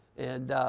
and